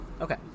Okay